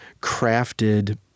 crafted